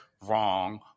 wrong